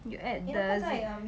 you add the